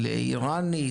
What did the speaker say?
של איראנית,